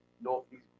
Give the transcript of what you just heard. Northeast